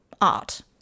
art